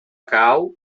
cau